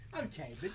Okay